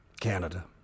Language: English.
Canada